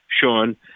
Sean